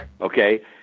okay